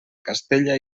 castella